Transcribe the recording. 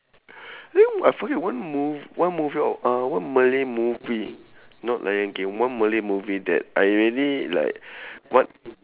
I forget one mo~ one movie or uh one malay movie not lion king one malay movie that I really like what